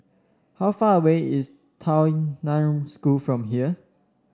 how far away is Tao Nan School from here